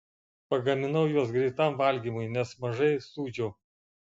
pagaminau juos greitam valgymui nes mažai sūdžiau